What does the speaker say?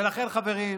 ולכן, חברים,